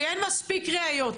כי אין מספיק ראיות,